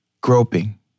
groping